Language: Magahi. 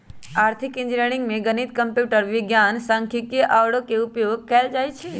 आर्थिक इंजीनियरिंग में गणित, कंप्यूटर विज्ञान, सांख्यिकी आउरो के उपयोग कएल जाइ छै